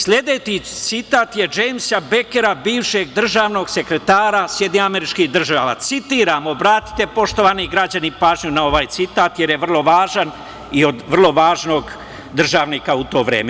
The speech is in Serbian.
Sledeći citat je Džejmsa Bekera bivšeg državnog sekretara SAD, citiram, obratite poštovani građani, pažnju na ovaj citat, jer je vrlo važan i od vrlo važnog državnika u to vreme.